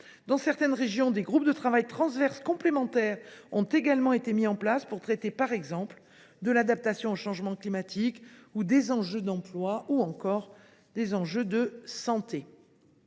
Dans certaines régions, des groupes de travail transverses complémentaires ont également été mis en place pour traiter, par exemple, de l’adaptation au changement climatique ou encore des enjeux d’emploi et de santé.